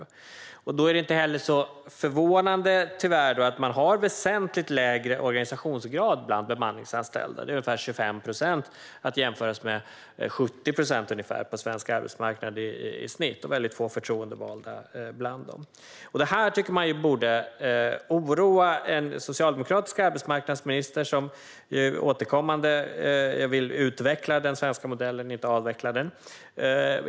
Då är det tyvärr inte heller så förvånande att man har väsentligt lägre organisationsgrad bland bemanningsanställda: ungefär 25 procent att jämföra med ungefär 70 procent på svensk arbetsmarknad i snitt. Det finns också få förtroendevalda bland dem. Detta tycker man borde oroa en socialdemokratisk arbetsmarknadsminister, som ju återkommande vill utveckla den svenska modellen och inte avveckla den.